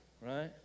right